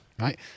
right